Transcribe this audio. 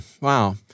Wow